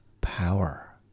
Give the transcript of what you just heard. power